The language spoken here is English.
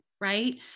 Right